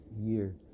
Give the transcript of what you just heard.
year